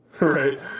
right